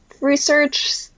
research